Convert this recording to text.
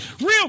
Real